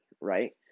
right